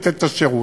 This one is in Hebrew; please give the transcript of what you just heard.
לתת את השירות.